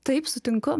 taip sutinku